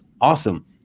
awesome